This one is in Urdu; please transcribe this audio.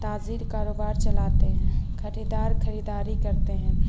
تاجر کاروبار چلاتے ہیں خریدار خریداری کرتے ہیں